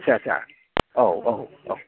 आस्सा आस्सा औ औ औ